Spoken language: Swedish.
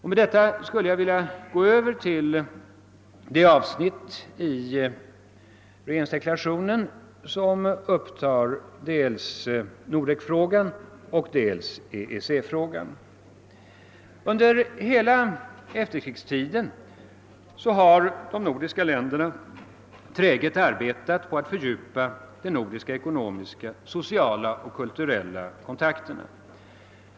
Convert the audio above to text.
Med detta vill jag gå över till det avsnitt i regeringsdeklarationen som upptar dels Nordekfrågan, dels EEC-frågan. Under hela efterkrigstiden har de nordiska länderna träget arbetat på att fördjupa de nordiska ekonomiska, sociala och kulturella kontakterna.